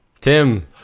Tim